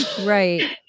right